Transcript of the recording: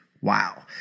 Wow